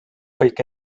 kõik